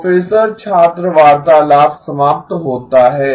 professor छात्र वार्तालाप समाप्त होता है